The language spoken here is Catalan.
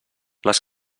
les